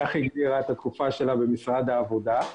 כך היא הגדירה את התקופה שלה במשרד העבודה.